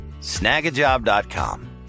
snagajob.com